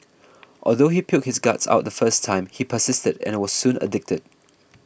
although he puked his guts out the first time he persisted and was soon addicted